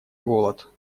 голод